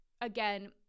again